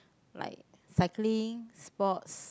like cycling sports